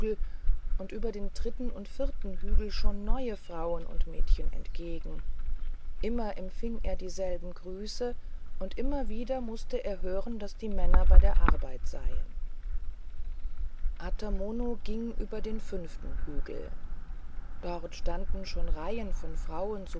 und über den dritten und vierten hügel schon neue frauen und mädchen entgegen immer empfing er dieselben grüße und immer wieder mußte er hören daß die männer bei der arbeit seien ata mono ging über den fünften hügel dort standen schon reihen von frauen